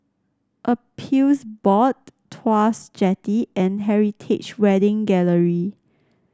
Appeals Board Tuas Jetty and Heritage Wedding Gallery